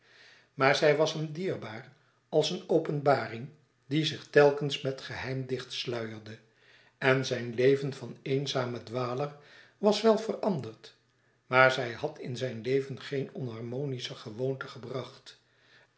maar zij was hem dierbaar als eene openbaring die zich telkens met geheim dichtsluierde en zijn leven van eenzamen dwaler was wel veranderd maar zij had in zijn leven geen onharmonische gewoonte gebracht